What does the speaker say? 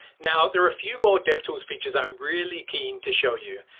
now, there are a few more devtools features i'm really keen to show you.